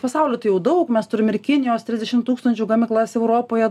pasaulyje tai jau daug mes turim ir kinijos trisdešimt tūkstančių gamyklas europoje